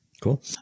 Cool